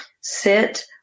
Sit